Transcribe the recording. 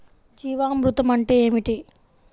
జీవామృతం అంటే ఏమిటి?